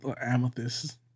amethyst